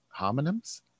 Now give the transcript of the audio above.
homonyms